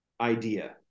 idea